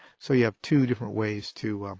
so you have two different ways to